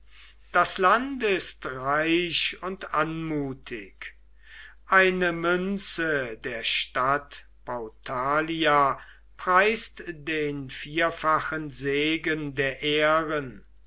das land ist reich und anmutig eine münze der stadt pautalia preist den vierfachen segen der ähren